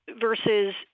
versus